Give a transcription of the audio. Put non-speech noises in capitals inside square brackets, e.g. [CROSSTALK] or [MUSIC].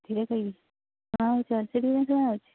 ଧୀରେ କହିବି [UNINTELLIGIBLE]